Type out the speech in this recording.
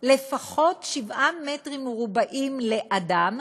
לפחות שבעה מטרים מרובעים לאדם,